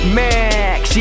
max